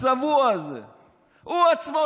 הוא עצמו,